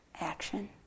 action